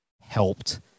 helped